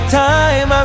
time